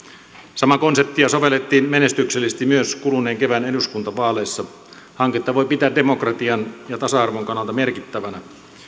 samaa konseptia sovellettiin menestyksellisesti myös kuluneen kevään eduskuntavaaleissa hanketta voi pitää demokratian ja tasa arvon kannalta merkittävänä